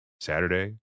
saturday